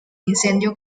incendio